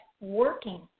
working